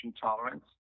tolerance